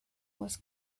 was